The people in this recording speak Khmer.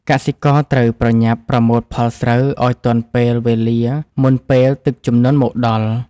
កសិករត្រូវប្រញាប់ប្រមូលផលស្រូវឱ្យទាន់ពេលវេលាមុនពេលទឹកជំនន់មកដល់។